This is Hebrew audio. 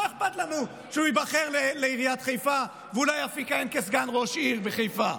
לא אכפת לנו שהוא ייבחר לעיריית חיפה ואולי אף יכהן כסגן ראש עיר בחיפה.